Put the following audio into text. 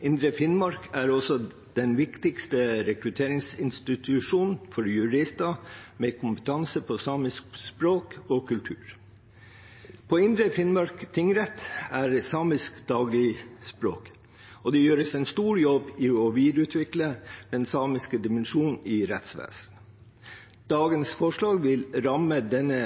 Indre Finnmark tingrett er den viktigste rekrutteringsinstitusjonen for jurister med kompetanse på samisk språk og kultur. For Indre Finnmark tingrett er samisk dagligspråk, og det gjøres en stor jobb med å videreutvikle den samiske dimensjonen i rettsvesenet. Dagens forslag vil ramme denne